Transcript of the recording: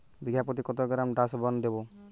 বিঘাপ্রতি কত gram Dursban দেবো?